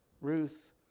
Ruth